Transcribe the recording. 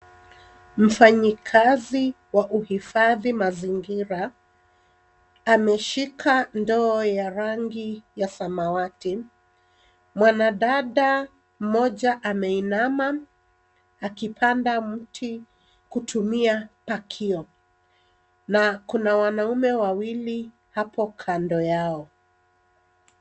Mfanyikazi wa uhifadhi mazingira ameshika ndoo ya rangi ya samawati. Mwanadada mmoja ameinama akipanda mti kutumia pakio na kuna wanaume wawili hapo kando yao.